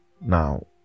now